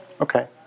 okay